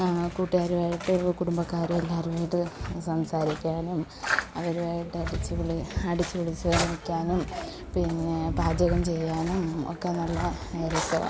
ആ കൂട്ടുകാരും ആയിട്ട് കുടുംബക്കാരും എല്ലാവരും ആയിട്ട് സംസാരിക്കാനും അവരും ആയിട്ട് അടിച്ച് പൊളി അടിച്ച് പൊളിച്ച് നിൽക്കാനും പിന്നെ പാചകം ചെയ്യാനും ഒക്കെ നല്ല രസമാണ്